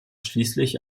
schließlich